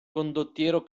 condottiero